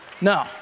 No